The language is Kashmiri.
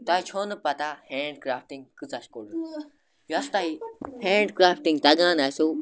تۄہہِ چھو نہٕ پَتہ ہینٛڈ کرٛافٹِنٛگ کۭژاہ چھِ کُڑُر یۄس تۄہہِ ہینٛڈ کرٛافٹِنٛگ تَگان آسیو